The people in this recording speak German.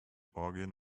orgien